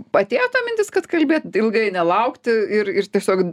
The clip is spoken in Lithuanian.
atėjo ta mintis kad kalbėt ilgai nelaukti ir ir tiesiog